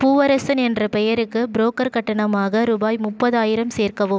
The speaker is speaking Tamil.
பூவரசன் என்ற பெயருக்கு புரோக்கர் கட்டணமாக ரூபாய் முப்பதாயிரம் சேர்க்கவும்